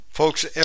Folks